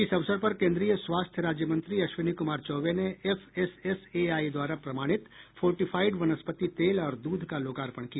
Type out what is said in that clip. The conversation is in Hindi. इस अवसर पर केन्द्रीय स्वास्थ्य राज्यमंत्री अश्विनी कुमार चौबे ने एफएसएआई द्वारा प्रमाणित फोर्टीफाइड वनस्पति तेल और दूध का लोकार्पण किया